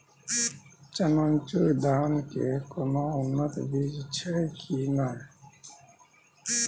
चननचूर धान के कोनो उन्नत बीज छै कि नय?